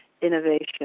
innovation